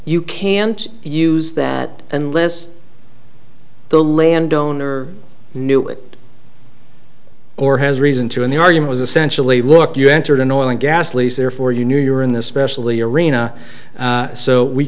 you can't use that unless the landowner knew it or has reason to and the argument was essentially look you entered an oil and gas lease therefore you knew you were in this specialty arena so we